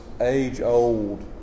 age-old